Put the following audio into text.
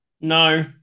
no